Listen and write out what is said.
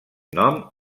nom